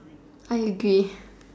I agree